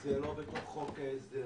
זה לא בתוך חוק ההסדרים,